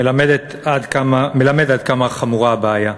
מלמד עד כמה חמורה הבעיה.